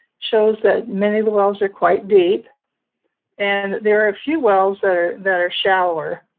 shows that many of the wells are quite deep and there are a few wells that are that are shallower.